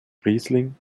riesling